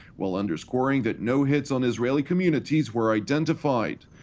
while underscoring that no hits on israeli communities were identified.